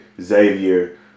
Xavier